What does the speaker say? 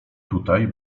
tutaj